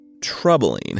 troubling